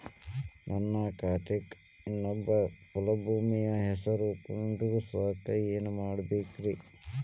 ನನ್ನ ಖಾತೆಕ್ ಇನ್ನೊಬ್ಬ ಫಲಾನುಭವಿ ಹೆಸರು ಕುಂಡರಸಾಕ ಏನ್ ಮಾಡ್ಬೇಕ್ರಿ?